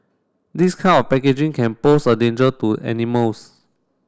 this kind of packaging can pose a danger to animals